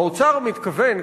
האוצר מתכוון,